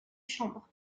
chambres